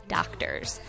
doctors